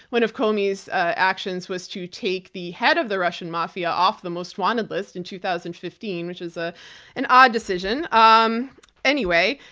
one of comey's actions was to take the head of the russian mafia off the most wanted list in two thousand and fifteen, which is ah an odd decision. um anyway,